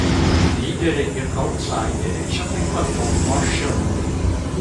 lyderiai ir autsaideriai čia taip pat daugmaž žinomi